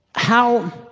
how